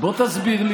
בוא תסביר לי.